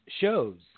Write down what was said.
shows